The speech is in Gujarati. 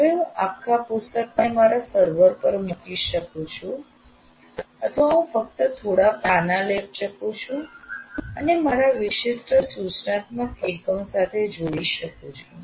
હવે હું આખા પુસ્તકને મારા સર્વર પર મૂકી શકું છું અથવા હું ફક્ત થોડા પાના લઈ શકું છું અને તેને મારા વિશિષ્ટ સૂચનાત્મક એકમ સાથે જોડી શકું છું